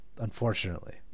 Unfortunately